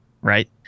right